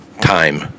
time